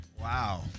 Wow